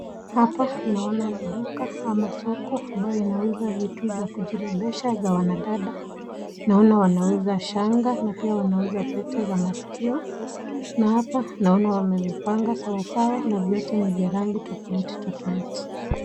Hapa, naona ni duka, ama soko ambayo inauza vitu za kujirembesha za wanadada, naona wanauza shanga, na pia wanauza pete za maskio, na hapa, naona wamezipanga sawasawa na vyote ni vya rangi tofauti tofauti.